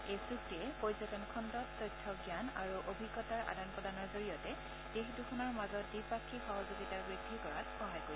এই চুক্তিয়ে পৰ্যটন খণ্ডত তথ্য জ্ঞান আৰু অভিজ্ঞতাৰ আদান প্ৰদানৰ জৰিয়তে দেশ দুখনৰ মাজত দ্বিপাক্ষিক সহযোগিতা বৃদ্ধি কৰাত সহায় কৰিব